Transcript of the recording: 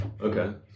Okay